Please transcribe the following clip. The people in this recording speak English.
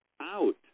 out